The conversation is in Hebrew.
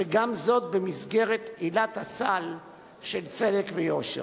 וגם זאת במסגרת עילת הסל של צדק ויושר.